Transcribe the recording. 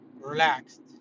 relaxed